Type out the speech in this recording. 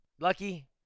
lucky